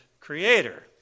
creator